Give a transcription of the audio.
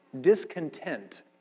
discontent